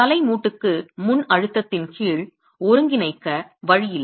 தலை மூட்டுக்கு முன்அழுத்தத்தின் கீழ் ஒருங்கிணைக்க வழி இல்லை